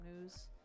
news